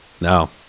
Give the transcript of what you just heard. No